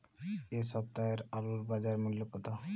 এ সপ্তাহের আলুর বাজার মূল্য কত?